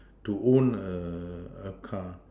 to own a a car